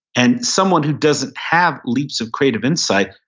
and someone who doesn't have leaps of creative insight,